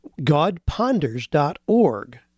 godponders.org